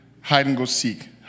hide-and-go-seek